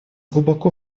глубоко